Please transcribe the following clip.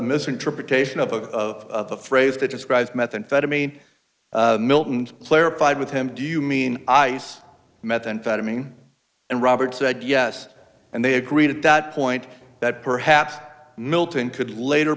misinterpretation of the phrase that describes methamphetamine milton's clarified with him do you mean ice methamphetamine and robert said yes and they agreed at that point that perhaps milton could later